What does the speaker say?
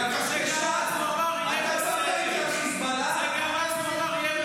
שגם בזכותו הביאונו